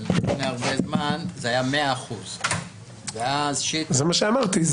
אבל לפני הרבה זמן זה היה 100%. זה מה שאמרתי,